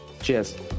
Cheers